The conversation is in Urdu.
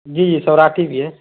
جی جی سوراٹھی بھی ہے